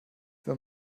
wenn